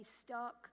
stuck